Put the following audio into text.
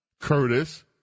Curtis